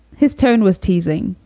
his tone was teasing,